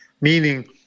meaning